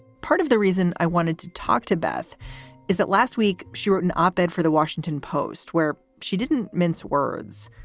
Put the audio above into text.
part of the reason i wanted to talk to beth is that last week she wrote an op ed for the washington post where she didn't mince words.